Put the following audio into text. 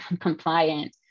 compliant